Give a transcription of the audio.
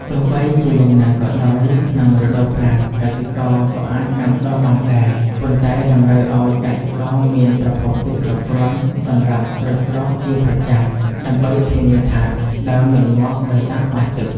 ទោះបីជាយ៉ាងណាក៏ដោយ ក្នុងរដូវប្រាំង កសិករក៏អាចដាំដុះបានដែរ ប៉ុន្តែតម្រូវឲ្យកសិករមានប្រភពទឹកគ្រប់គ្រាន់សម្រាប់ស្រោចស្រពជាប្រចាំដើម្បីធានាថាដើមមិនងាប់ដោយសារខ្វះទឹក។